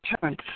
turn